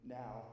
now